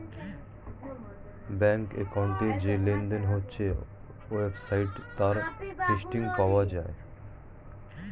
ব্যাংকের অ্যাকাউন্টে যে লেনদেন হয়েছে ওয়েবসাইটে তার হিস্ট্রি পাওয়া যায়